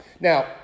Now